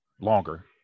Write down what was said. longer